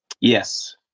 Yes